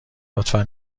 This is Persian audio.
لطفا